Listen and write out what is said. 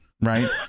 right